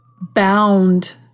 bound